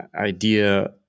idea